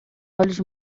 olhos